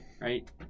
Right